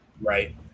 Right